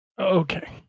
Okay